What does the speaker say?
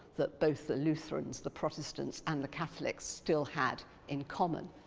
that both the lutherans the protestants and the catholics still had in common.